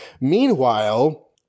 Meanwhile